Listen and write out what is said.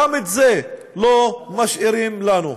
גם את זה לא משאירים לנו.